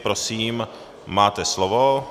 Prosím, máte slovo.